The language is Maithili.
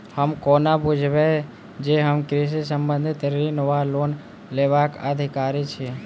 हम कोना बुझबै जे हम कृषि संबंधित ऋण वा लोन लेबाक अधिकारी छी?